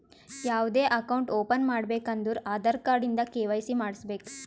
ಯಾವ್ದೇ account open ಮಾಡ್ಬೇಕ ಅಂದುರ್ ಆಧಾರ್ ಕಾರ್ಡ್ ಇಂದ ಕೆ.ವೈ.ಸಿ ಮಾಡ್ಸಬೇಕ್